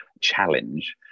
challenge